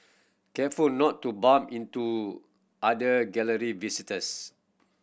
careful not to bump into other Gallery visitors